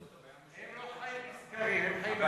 הם לא חיים מסקרים, הם חיים, הסקרים זה רק כלפינו.